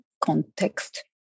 context